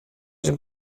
den